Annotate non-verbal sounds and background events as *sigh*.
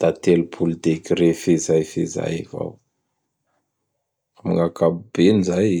Da telopolo degre fejay fejay avao. Gn akapobeny zay! *noise*